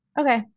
okay